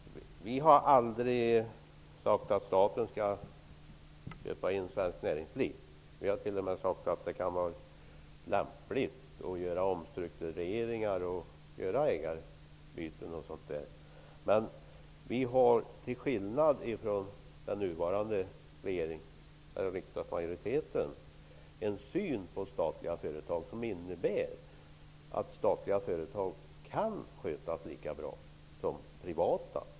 Herr talman! Vi har aldrig sagt att staten skall köpa in svenskt näringsliv. Vi har t.o.m. sagt att det kan vara lämpligt att göra omstruktureringar och ägarbyten. Men vi har, till skillnad från den nuvarande riksdagsmajoriteten, en syn på statliga företag som innebär att statliga företag kan skötas lika bra som privata.